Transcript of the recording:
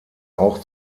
auch